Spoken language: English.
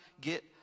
get